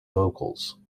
vocals